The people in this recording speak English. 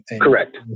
correct